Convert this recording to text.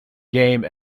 game